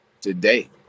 today